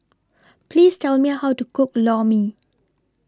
Please Tell Me How to Cook Lor Mee